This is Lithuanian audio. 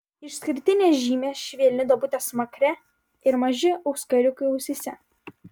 išskirtinės žymės švelni duobutė smakre ir maži auskariukai ausyse